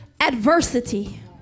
adversity